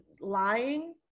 lying